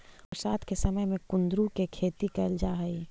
बरसात के समय में कुंदरू के खेती कैल जा हइ